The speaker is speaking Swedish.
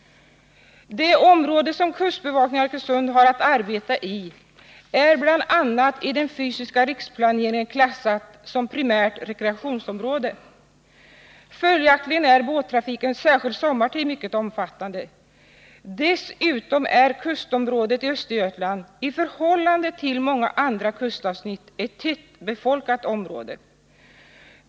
Det område som bevakningen i Arkösund har att arbeta i är bl.a. i den fysiska riksplaneringen klassat som primärt rekreationsområde. Följaktligen är båttrafiken särskilt sommartid mycket omfattande. Dessutom är kustområdet i Östergötland i förhållande till många andra kustavsnitt ett tätbefolkat område.